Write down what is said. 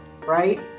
right